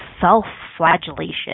self-flagellation